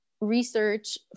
research